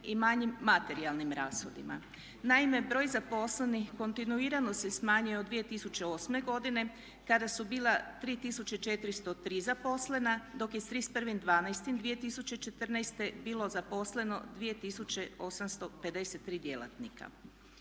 i manjim materijalnim rashodima. Naime, broj zaposlenih kontinuirano se smanjio od 2008. godine kada su bila 3403 zaposlena dok je s 31.12.2014. bilo zaposleno 2853 djelatnika.